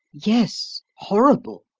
yes, horrible,